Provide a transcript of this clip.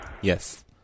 Yes